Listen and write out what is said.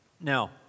Now